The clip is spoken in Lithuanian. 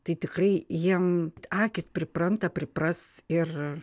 tai tikrai jiem akys pripranta pripras ir